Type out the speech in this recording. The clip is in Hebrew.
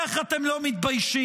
איך אתם לא מתביישים?